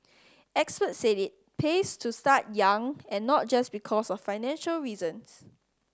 experts said it pays to start young and not just because of financial reasons